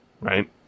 right